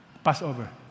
Passover